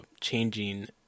changing